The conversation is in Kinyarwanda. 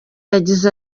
yagize